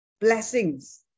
blessings